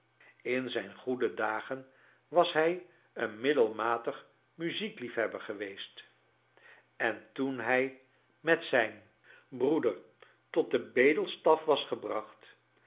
in zijn goede dagen was hij een middelmatig muziekliefhebber geweest en toen hij met zijn broeder tot den bedelstaf was gebracht